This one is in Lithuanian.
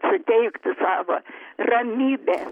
suteiktų savo ramybę